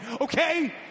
okay